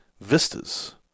vistas